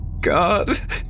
God